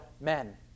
men